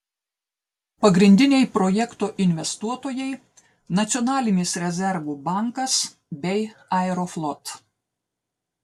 pagrindiniai projekto investuotojai nacionalinis rezervų bankas bei aeroflot